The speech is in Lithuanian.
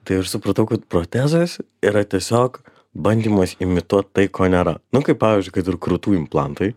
tai aš supratau kad protezas yra tiesiog bandymas imituot tai ko nėra nu kaip pavyzdžiui kad ir krūtų implantai